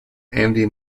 andy